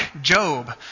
Job